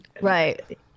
Right